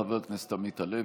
חבר הכנסת עמית הלוי,